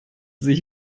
sich